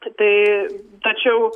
tai tačiau